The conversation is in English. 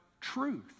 truth